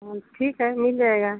हाँ ठीक है मिल जाएगा